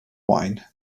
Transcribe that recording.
wine